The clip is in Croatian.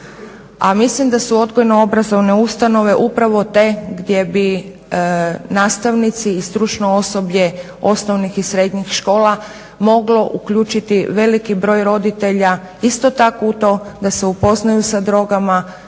mislim da su odgojno-obrazovne ustanove upravo te gdje bi nastavnici i stručno osoblje osnovnih i srednjih škola moglo uključiti veliki broj roditelja, isto tako u to da se upoznaju sa drogama,